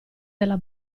della